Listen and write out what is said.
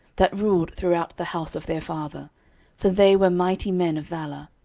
that ruled throughout the house of their father for they were mighty men of valour.